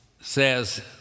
says